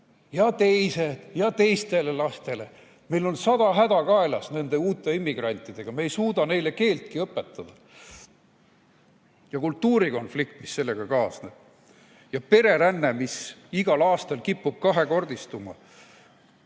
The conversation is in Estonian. moslemilastele ja teistele lastele. Meil on sada häda kaelas nende uute immigrantidega. Me ei suuda neile keeltki õpetada. Ja kultuurikonflikt, mis sellega kaasneb, ja pereränne, mis igal aastal kipub kahekordistuma!